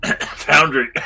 Foundry